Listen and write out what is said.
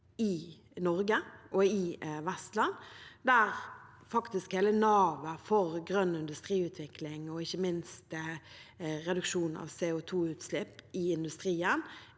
i Norge og i Vestland. Navet for grønn industriutvikling og ikke minst reduksjoner av CO2-utslipp i industrien